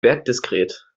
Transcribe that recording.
wertdiskret